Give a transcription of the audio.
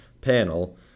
panel